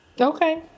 Okay